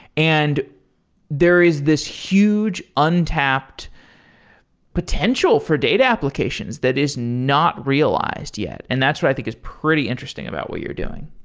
and there is this huge untapped potential for data applications that is not realized yet. and that's what i think it's pretty interesting about what you're doing.